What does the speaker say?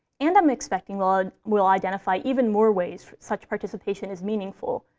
and i'm expecting we'll ah we'll identify even more ways such participation is meaningful,